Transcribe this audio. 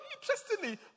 interestingly